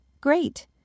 Great